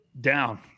down